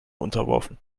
unterworfen